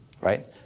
right